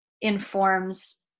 informs